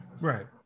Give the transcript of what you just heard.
Right